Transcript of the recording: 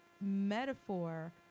metaphor